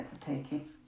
taking